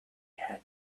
had